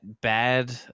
bad